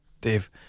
Dave